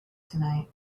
tonight